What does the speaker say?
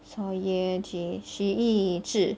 so ye-ji 徐易知